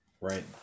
Right